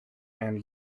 and